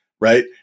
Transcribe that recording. right